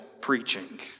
preaching